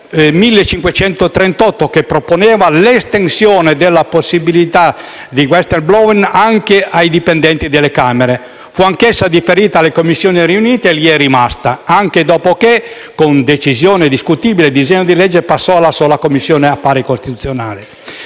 n. 1.538, che proponeva l'estensione della possibilità di *whistleblowing* anche ai dipendenti dalle Camere. Fu anch'essa deferita alle Commissioni riunite e lì è rimasta, anche dopo che, con decisione discutibile, il disegno di legge passò alla sola Commissione affari costituzionali.